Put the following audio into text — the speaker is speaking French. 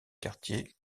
quartier